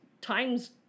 time's